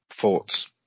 thoughts